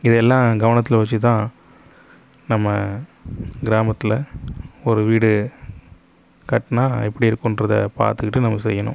இதெல்லாம் கவனத்தில் வச்சுதான் நம்ம கிராமத்தில் ஒரு வீடு கட்டினா எப்படி இருக்கின்றத பார்த்துக்கிட்டு நம்ம செய்யணும்